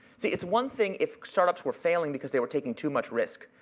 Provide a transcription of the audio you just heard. see, it's one thing if startups were failing because they were taking too much risk.